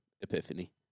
Epiphany